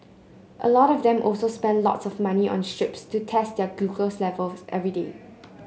a lot of them also spend lots of money on strips to test their glucose levels every day